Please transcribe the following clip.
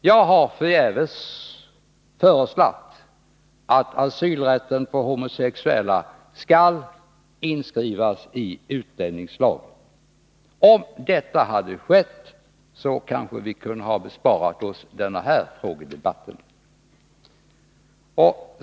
Jag har förgäves föreslagit att asylrätten för homosexuella skall inskrivas i utlänningslagen. Om detta hade skett, kanske vi hade kunnat bespara oss denna frågedebatt.